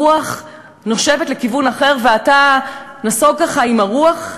הרוח נושבת לכיוון אחר, ואתה נסוג, ככה, עם הרוח?